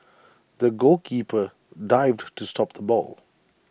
the goalkeeper dived to stop the ball